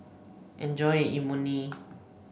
enjoy your Imoni